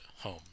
home